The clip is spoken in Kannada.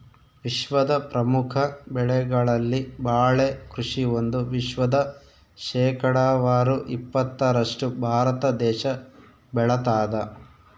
ವಿಶ್ವದ ಪ್ರಮುಖ ಬೆಳೆಗಳಲ್ಲಿ ಬಾಳೆ ಕೃಷಿ ಒಂದು ವಿಶ್ವದ ಶೇಕಡಾವಾರು ಇಪ್ಪತ್ತರಷ್ಟು ಭಾರತ ದೇಶ ಬೆಳತಾದ